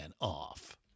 off